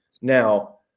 Now